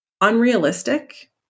unrealistic